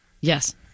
Yes